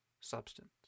substance